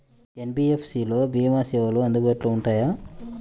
NBFC లలో భీమా సేవలు అందుబాటులో ఉంటాయా?